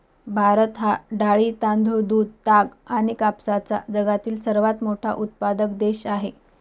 भारत हा डाळी, तांदूळ, दूध, ताग आणि कापसाचा जगातील सर्वात मोठा उत्पादक देश आहे